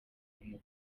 gukina